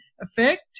effect